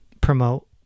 promote